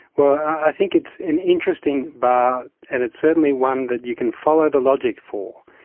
well, i think it's an interesting bar and it's certainly one that you can follow the logic for.